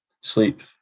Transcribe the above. sleep